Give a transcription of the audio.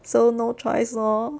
so no choice lor